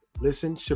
listen